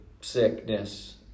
sickness